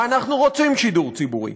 ואנחנו רוצים שידור ציבורי.